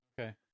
okay